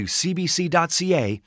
cbc.ca